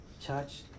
church